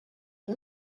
ton